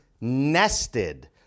nested